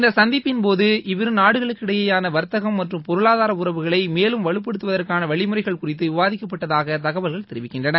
இந்த சந்திப்பின் போது இவ்விரு நாடுகளிடையேயான வர்த்தகம் மற்றும் பொருளாதார உறவுகளை மேலும் வலுப்படுத்துவதற்கான வழிமுறைகள் குறித்து விவாதிக்கப்பட்டதாக தகவல்கள் தெரிவிக்கின்றன